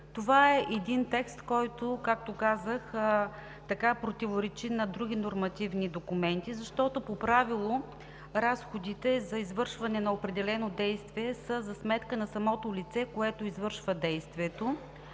Това е един текст, който, както казах, противоречи на други нормативни документи, защото по правило разходите за извършване на определено действие са за сметка на самото лице, което извършва действието,